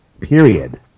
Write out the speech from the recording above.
period